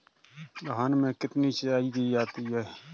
धान में कितनी सिंचाई की जाती है?